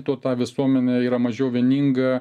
tuo ta visuomenė yra mažiau vieninga